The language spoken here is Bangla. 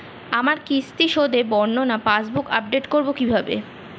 আমার কিস্তি শোধে বর্ণনা পাসবুক আপডেট করব কিভাবে?